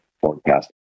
forecast